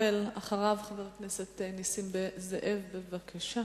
חבר הכנסת נסים זאב, בבקשה.